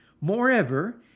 moreover